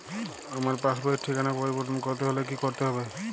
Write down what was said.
আমার পাসবই র ঠিকানা পরিবর্তন করতে হলে কী করতে হবে?